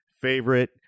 favorite